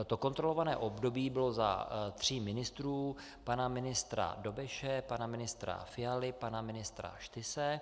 To kontrolované období bylo za tří ministrů, pana ministra Dobeše, pana ministra Fialy, pana ministra Štyse.